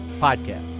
Podcast